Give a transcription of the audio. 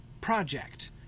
project